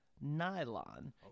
nylon